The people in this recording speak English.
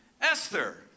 Esther